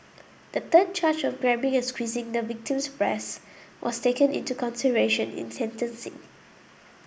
a third charge of grabbing and squeezing the victim's breasts was taken into consideration in sentencing